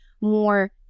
more